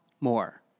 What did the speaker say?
more